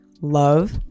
love